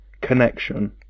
connection